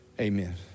amen